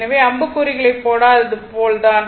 எனவே அம்புக்குறிகளை போடாதது போல தான்